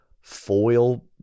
foil